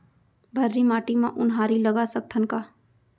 भर्री माटी म उनहारी लगा सकथन का?